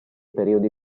periodi